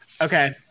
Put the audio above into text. Okay